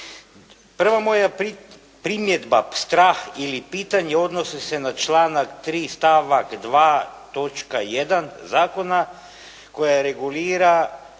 Prva moja primjedba, strah ili pitanje odnose se na članak 3. stavak 2. točka 1. zakona koja regulira